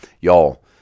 Y'all